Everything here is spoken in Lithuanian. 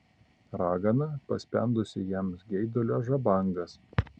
ragana paspendusi jam geidulio žabangas